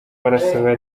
barasaba